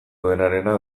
duenarena